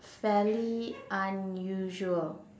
is fairly unusual